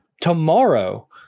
tomorrow